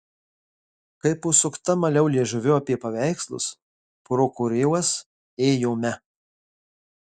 kaip užsukta maliau liežuviu apie paveikslus pro kuriuos ėjome